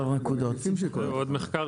המחקר